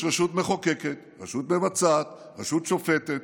יש רשות מחוקקת, רשות מבצעת, רשות שופטת,